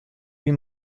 wie